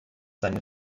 seine